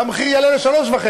והמחיר יעלה ל-3.5.